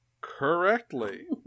correctly